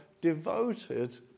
devoted